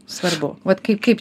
svarbu vat kai kaip